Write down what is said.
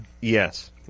Yes